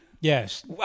Yes